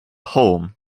home